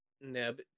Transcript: Neb